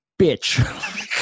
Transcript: bitch